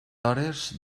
hores